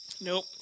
Nope